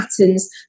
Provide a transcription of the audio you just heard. patterns